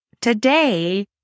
today